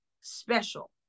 special